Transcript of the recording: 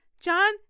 John